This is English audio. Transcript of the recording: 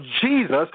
Jesus